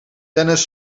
tennis